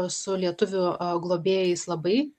su lietuvių globėjais labai